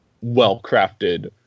well-crafted